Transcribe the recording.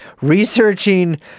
researching